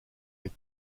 est